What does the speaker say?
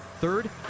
Third